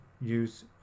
use